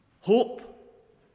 Hope